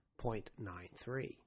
0.93